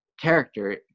Character